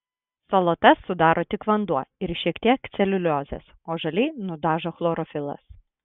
salotas sudaro tik vanduo ir šiek tiek celiuliozės o žaliai nudažo chlorofilas